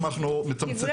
אם אנחנו מתמצתים,